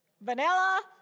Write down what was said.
vanilla